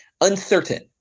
uncertain